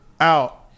out